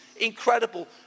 incredible